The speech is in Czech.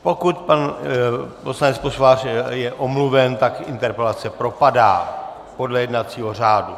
Pokud pan poslanec Pošvář je omluven, tak interpelace propadá podle jednacího řádu.